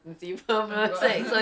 okay